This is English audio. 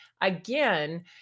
again